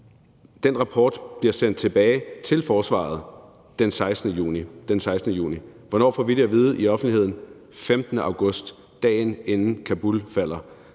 den rapport bliver sendt tilbage til forsvaret den 16. juni. Hvornår får vi det at vide i offentligheden? Det gør vi den 15. august, altså dagen inden Kabul falder.